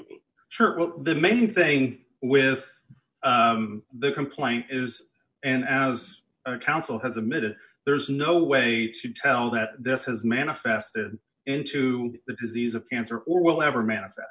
her the main thing with the complaint is and as counsel has admitted there's no way to tell that this has manifested into the disease of cancer or will ever manifest